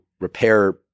repair